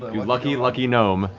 you lucky, lucky gnome,